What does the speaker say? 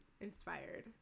inspired